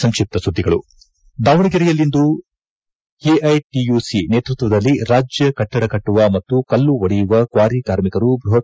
ಸಂಕ್ಷಿಪ್ತ ಸುದ್ದಿಗಳು ದಾವಣಗೆರೆಯಲ್ಲಿಂದು ಎಐಟಿಯುಸಿ ನೇತೃತ್ವದಲ್ಲಿ ರಾಜ್ಯ ಕಟ್ಟಡ ಕಟ್ಟುವ ಮತ್ತು ಕಲ್ಲು ಒಡೆಯುವ ಕ್ವಾರಿ ಕಾರ್ಮಿಕರು ಬೃಪತ್